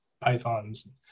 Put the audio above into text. pythons